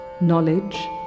knowledge